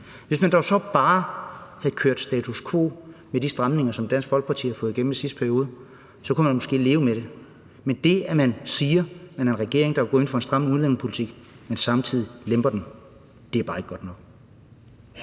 Hvis man dog så bare havde kørt status quo med de stramninger, som Dansk Folkeparti har fået igennem i sidste periode, kunne man måske leve med det, men det, at man siger, at man er en regering, der går ind for en stram udlændingepolitik, men samtidig lemper den, er bare ikke godt nok.